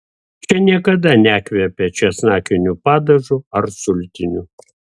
čia niekada nekvepia česnakiniu padažu ar sultiniu